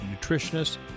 nutritionists